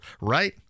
right